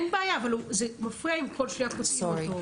זה מפריע אם כל שנייה עוצרים אותו.